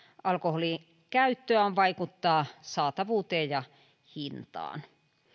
alkoholin käyttöä on vaikuttaa alkoholin saatavuuteen ja hintaan